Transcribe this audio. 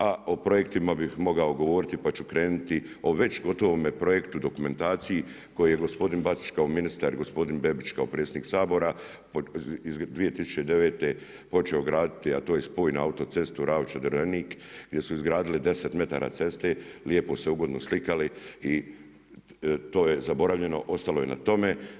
A o projektima bih mogao govoriti pa ću krenuti o već gotovome projektu, dokumentaciji koju je gospodin Bačić kao ministar i gospodin Bebić kao predsjednik Sabora 2009. počeo graditi a to je spoj na autocestu Ravča-Drvenik gdje su izgradili 10 metara ceste, lijepo se ugodno slikali i to je zaboravljeno, stalo je na tome.